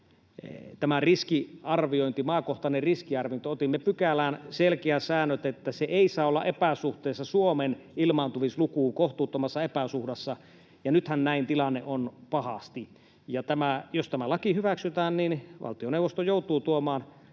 tämä maakohtainen riskiarviointi. Otimme pykälään selkeät säännöt, että se ei saa olla kohtuuttomassa epäsuhdassa suhteessa Suomen ilmaantuvuuslukuun. Nythän tilanne on näin, pahasti. Jos tämä laki hyväksytään, niin valtioneuvosto joutuu tuomaan